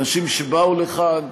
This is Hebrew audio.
אנשים שבאו לכאן,